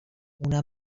una